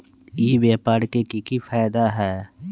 ई व्यापार के की की फायदा है?